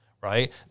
right